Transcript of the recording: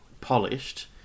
polished